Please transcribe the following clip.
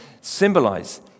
symbolize